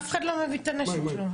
אף אחד לא מביא את הנשק שלו.